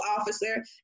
officer